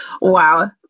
Wow